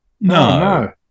No